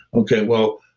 okay, well,